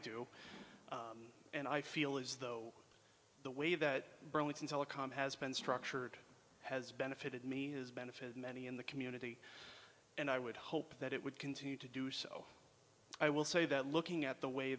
do and i feel as though the way that bronson telecom has been structured has benefited me has benefited many in the community and i would hope that it would continue to do so i will say that looking at the way